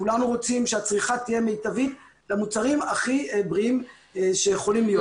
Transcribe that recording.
כולנו רוצים שהצריכה תהיה מיטבית למוצרים הכי בריאים שיכולים להיות.